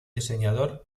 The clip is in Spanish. diseñador